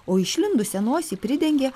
o išlindusią nosį pridengė